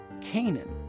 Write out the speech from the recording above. Canaan